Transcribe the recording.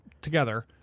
together